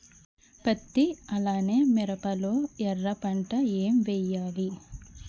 పత్తి అలానే మిరప లో ఎర పంట ఏం వేయాలి?